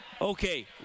Okay